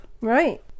Right